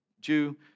Jew